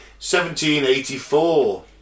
1784